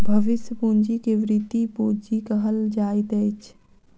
भविष्य पूंजी के वृति पूंजी कहल जाइत अछि